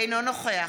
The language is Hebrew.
אינו נוכח